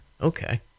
Okay